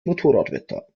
motorradwetter